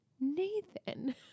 Nathan